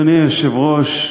אדוני היושב-ראש,